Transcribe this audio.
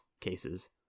cases